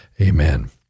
Amen